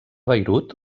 beirut